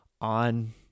on